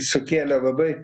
sukėlė labai